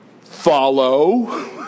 Follow